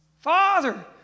Father